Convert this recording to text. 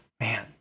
man